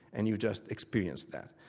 and you just experience that.